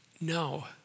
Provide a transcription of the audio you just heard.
no